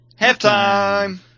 Halftime